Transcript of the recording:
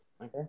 Okay